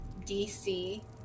DC